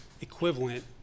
equivalent